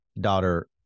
daughter